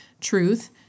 truth